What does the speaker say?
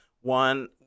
one